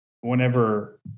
whenever